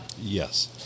Yes